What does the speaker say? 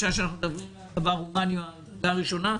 בשעה שאנחנו מדברים על דבר הומני מן הדרגה הראשונה.